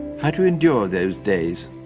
how to endure those days?